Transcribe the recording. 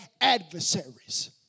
adversaries